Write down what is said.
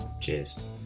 Cheers